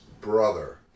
brother